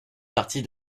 partie